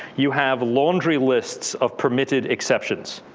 you have laundry lists of permitted exceptions.